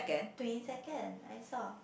twenty second I saw